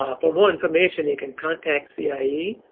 um for more information, you can contact cie